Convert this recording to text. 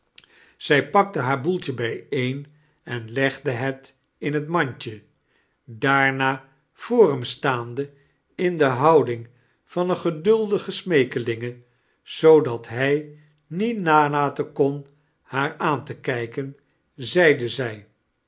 zij pakte haar boeltje bijeen en legde het in het mandje daarna voor hem staande in de houding van eene geduldige smeekelinge zoodat hij niet nalaten kon haar aan te kijken zeide zij